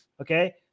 okay